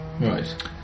Right